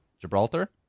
Gibraltar